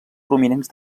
prominents